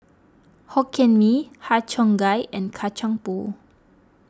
Hokkien Mee Har Cheong Gai and Kacang Pool